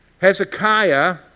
Hezekiah